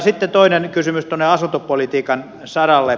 sitten toinen kysymys tuonne asuntopolitiikan saralle